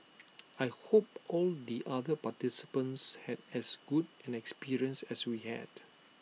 I hope all the other participants had as good an experience as we had